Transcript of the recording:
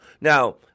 Now